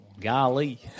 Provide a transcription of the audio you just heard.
Golly